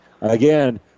Again